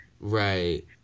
right